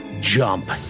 jump